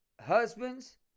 husbands